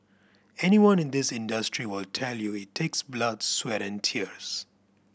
anyone in this industry will tell you it takes blood sweat and tears